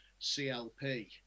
CLP